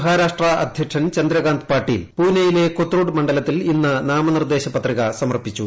മഹാരാഷ്ട്ര അധ്യക്ഷൻ ചന്ദ്രകാന്ത് പാട്ടീൽ പൂനെയിലെ കൊത്രൂഡ് മണ്ഡലത്തിൽ ഇന്ന് നാമനിർദ്ദേശ പത്രിക സമർപ്പിച്ചു